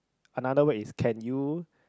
another word is can you